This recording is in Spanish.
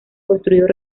construidos